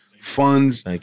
funds